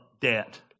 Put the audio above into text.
debt